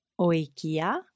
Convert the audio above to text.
oikia